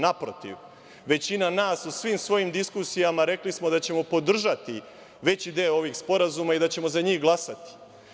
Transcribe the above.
Naprotiv, većina nas u svim svojim diskusijama rekli smo da ćemo podržati veći deo ovih sporazuma i da ćemo za njih glasati.